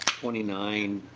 twenty nine